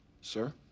Sir